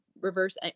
reverse